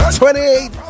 28